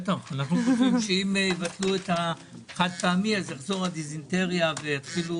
אנחנו חושבים שאם ימסו את החד-פעמי תחזור הדיזנטריה ויתחילו